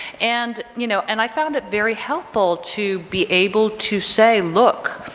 and you know, and i found it very helpful to be able to say look,